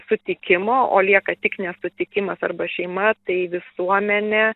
sutikimo o lieka tik nesutikimas arba šeima tai visuomenė